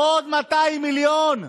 עוד 200 מיליון.